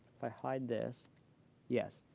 if i hide this yes,